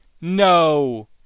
No